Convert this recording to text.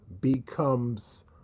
becomes